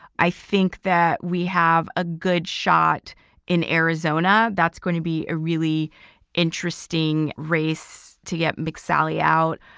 i think that we have a good shot in arizona. that's going to be a really interesting race to get mick sally out.